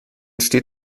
steht